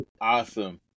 Awesome